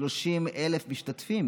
30,000 משתתפים